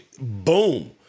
Boom